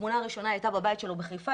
התמונה הראשונה הייתה בבית שלו בחיפה,